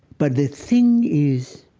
but the thing is,